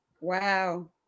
Wow